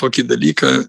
tokį dalyką